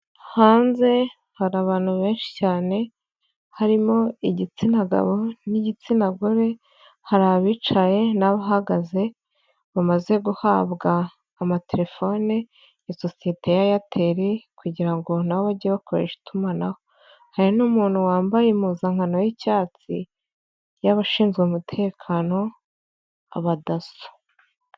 Hanze hari abantu benshi cyane harimo igitsina gabo n'igitsina gore hari abicaye n'abahagaze bamaze guhabwa amatelefone ya sosiyete ya airtel kugira ngo na bajye bakoresha itumanaho hari n'umuntu wambaye impuzankano y'icyatsi y'abashinzwe umutekano abadasso.